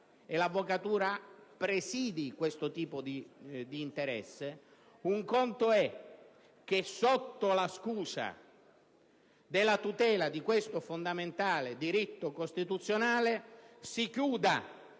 e l'avvocatura presidino questo tipo di interesse; un altro conto è che, sotto la scusa della tutela di questo fondamentale diritto costituzionale, si chiuda